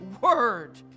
word